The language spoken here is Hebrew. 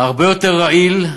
הרבה יותר רעיל,